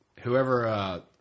whoever